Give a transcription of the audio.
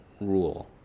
rule